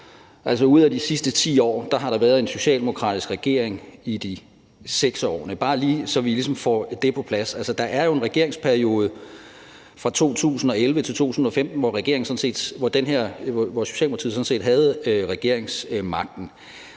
ud af de sidste 10 år har der været en socialdemokratisk regering i de 6 af årene – bare lige så vi får det på plads. Altså, der er jo en regeringsperiode fra 2011 til 2015, hvor Socialdemokratiet jo sådan set havde regeringsmagten.